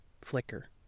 flicker